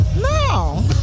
No